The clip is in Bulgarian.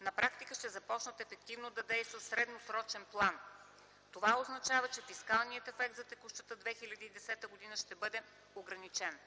на практика ще започнат ефективно да действат в средносрочен план. Това означава, че фискалният ефект за текущата 2010 г. ще бъде ограничен.